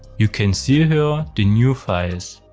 you can see here the new files.